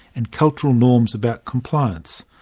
and cultural norms about compliance.